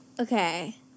Okay